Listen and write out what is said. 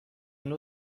نوع